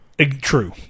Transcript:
True